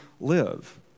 live